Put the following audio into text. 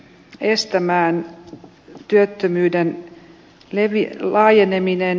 estämään työttömyyden levin laajeneminen